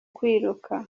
kwiruka